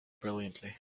brilliantly